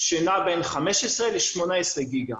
שנע בין 15 ל-18 ג'יגה.